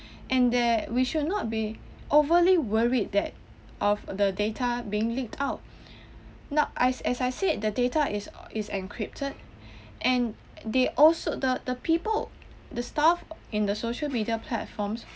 and there we should not be overly worried that of the data being leaked out not I as I said the data is is encrypted and they also the the people the staff in the social media platforms